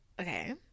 okay